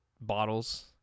bottles